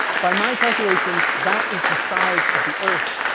by my calculations that is the size of the earth,